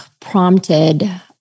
prompted